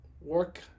work